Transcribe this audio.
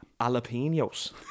Jalapenos